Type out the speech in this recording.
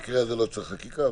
במקרה הזה לא צריך חקיקה.